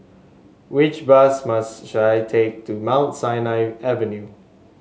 which bus should I take to Mount Sinai Avenue